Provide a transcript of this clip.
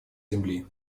земли